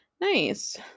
nice